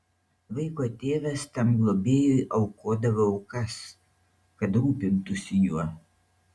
vaiko tėvas tam globėjui aukodavo aukas kad rūpintųsi juo